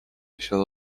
shall